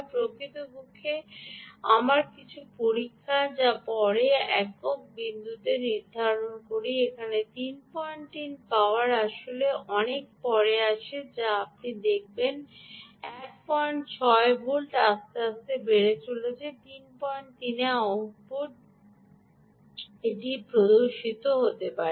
প্রকৃতপক্ষে আমার কিছু পরীক্ষায় যা আমি পরে এক বিন্দুতে নির্ধারণ করি এখানে 33 পাওয়া আসলে অনেক পরে আসে যা আপনি দেখবেন যে 16 ভোল্ট আস্তে আস্তে বেড়ে চলেছে 33 এ আউটপুট এটি প্রদর্শিত হতে পারে